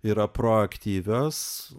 yra proaktyvios